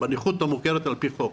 בנכות המוכרת על פי חוק.